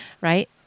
Right